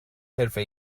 حرفه